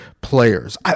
players